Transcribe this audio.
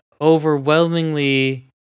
overwhelmingly